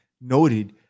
noted